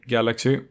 Galaxy